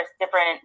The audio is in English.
different